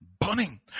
burning